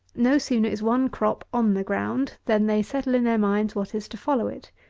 no sooner is one crop on the ground than they settle in their minds what is to follow it.